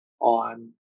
on